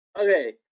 Okay